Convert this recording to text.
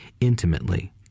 intimately